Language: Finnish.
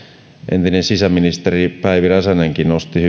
entinen sisäministeri päivi räsänenkin nosti